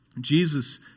Jesus